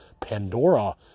pandora